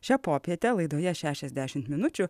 šią popietę laidoje šešiasdešimt minučių